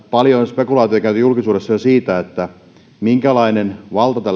paljon on spekulaatiota käyty julkisuudessa jo siitä minkälainen valta